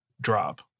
drop